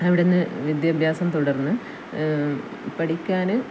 അവിടുന്ന് വിദ്യാഭ്യാസം തുടർന്ന് പഠിക്കാൻ